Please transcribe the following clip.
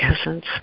essence